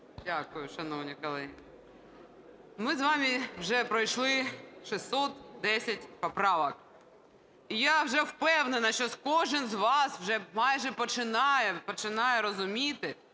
Дякую, шановні колеги. Ми з вами вже пройшли 610 поправок, і я вже впевнена, що кожен з вас майже починає, починає розуміти,